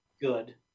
good